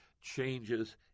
changes